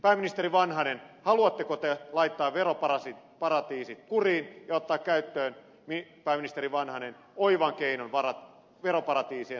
pääministeri vanhanen haluatteko te laittaa veroparatiisit kuriin ja ottaa käyttöön pääministeri vanhanen oivan keinon veroparatiisien suitsemiseen